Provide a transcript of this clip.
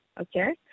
okay